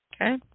Okay